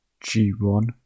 g1